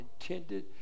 intended